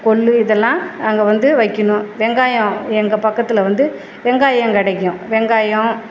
கொள்ளு இதெல்லாம் அங்கே வந்து வைக்கணும் வெங்காயம் எங்கள் பக்கத்தில் வந்து வெங்காயம் கிடைக்கும் வெங்காயம்